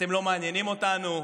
אתם לא מעניינים אותנו,